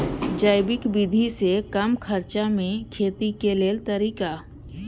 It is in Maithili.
जैविक विधि से कम खर्चा में खेती के लेल तरीका?